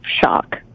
shock